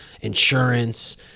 insurance